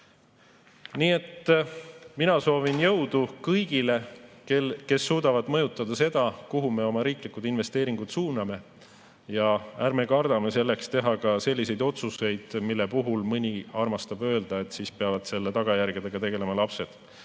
Nii et mina soovin jõudu kõigile, kes suudavad mõjutada seda, kuhu me oma riiklikud investeeringud suuname. Ärme kardame selleks teha ka selliseid otsuseid, mille puhul mõni armastab öelda, et siis peavad tagajärgedega tegelema lapsed.